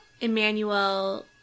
Emmanuel